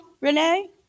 Renee